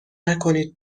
نکنید